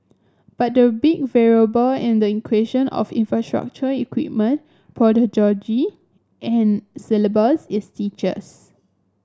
but the big variable in the equation of infrastructure equipment and syllabus is teachers